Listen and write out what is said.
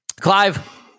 Clive